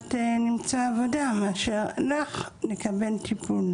אפשרויות למצוא עבודה מאשר לך לקבל טיפול.